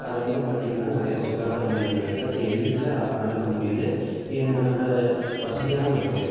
அதில் வந்து பார்த்திங்கன்னா நிறையா சுகாதார மையங்கள் இருக்குது அதை எளிதில் அணுக முடியுது நம்ம வசதியாகவும் இருக்குது